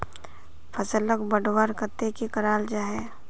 फसलोक बढ़वार केते की करा जाहा?